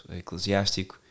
eclesiástico